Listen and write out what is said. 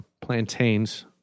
plantains